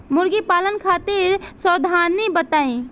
मुर्गी पालन खातिर सावधानी बताई?